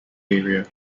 area